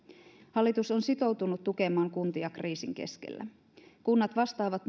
hallitus on sitoutunut tukemaan kuntia kriisin keskellä kunnat vastaavat